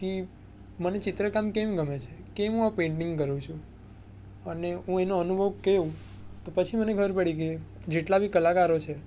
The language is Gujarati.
કે મને ચિત્રકામ કેમ ગમે છે કેમ હું આ પેંટિંગ કરું છું અને હું એનો અનુભવ કહું પછી મને ખબર પડી કે જેટલા બી કલાકારો છે